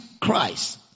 Christ